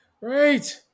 Right